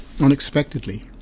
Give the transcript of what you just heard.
unexpectedly